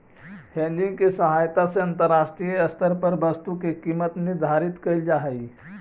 hedging के सहायता से अंतरराष्ट्रीय स्तर पर वस्तु के कीमत निर्धारित कैल जा हई